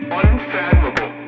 unfathomable